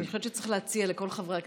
אני חושבת שצריך להציע לכל חברי הכנסת,